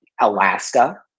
Alaska